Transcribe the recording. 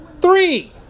three